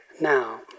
now